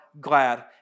glad